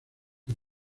que